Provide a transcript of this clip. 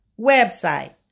website